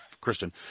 Christian